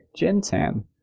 Jintan